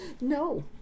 No